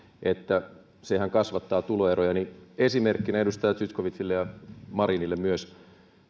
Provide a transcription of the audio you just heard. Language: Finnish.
sehän kasvattaa tuloeroja esimerkkinä edustaja zyskowiczille ja marinille myös